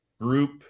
group